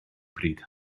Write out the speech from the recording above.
pryd